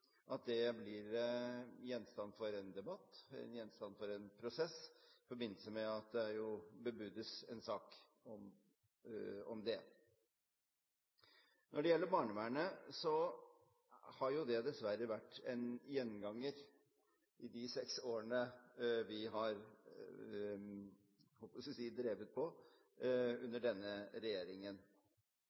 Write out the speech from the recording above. at det blir gjenstand for en debatt og en prosess i forbindelse med at det bebudes en sak om det. Når det gjelder barnevernet, har det dessverre vært en gjenganger i de seks årene vi har, jeg holdt på å si, drevet på under denne regjeringen.